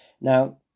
Now